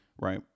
right